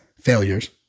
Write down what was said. failures